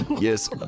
yes